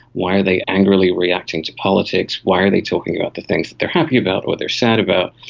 why are they angrily reacting to politics, why are they talking about the things that they are happy about or they are sad about?